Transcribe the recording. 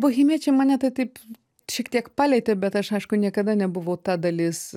bohemiečiai mane tai taip šiek tiek palietė bet aš aišku niekada nebuvau ta dalis